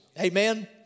amen